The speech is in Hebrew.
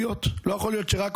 שלום גם